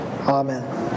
Amen